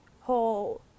whole